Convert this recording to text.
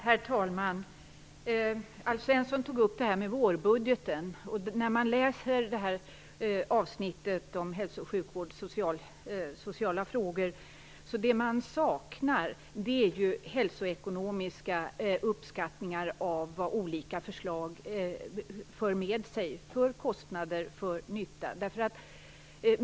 Herr talman! Alf Svensson tog upp vårbudgeten. När man läser avsnittet om hälso och sjukvård och sociala frågor saknar man hälsoekonomiska uppskattningar av vad olika förslag för med sig i form av kostnader och nytta.